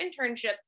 internship